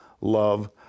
love